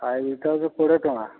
ହାଇବ୍ରୀଡ଼୍ଟା ହେଉଛି କୋଡ଼ିଏ ଟଙ୍କା